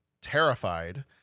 terrified